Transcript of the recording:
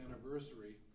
anniversary